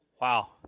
Wow